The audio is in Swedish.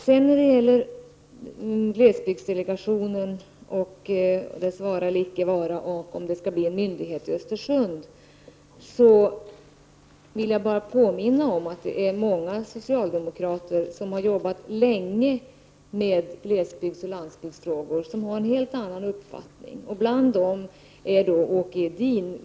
Vidare har vi glesbygdsdelegationen och dess vara eller icke vara och om det skall inrättas en myndighet i Östersund. Jag vill påminna om att många socialdemokrater har arbetat länge med glesbygdsoch landsbygdsfrågor, och de har en helt annan uppfattning. Bland dem finns Åke Edin.